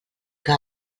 que